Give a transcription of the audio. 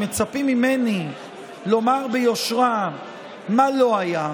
אם מצפים ממני לומר ביושרה מה לא היה,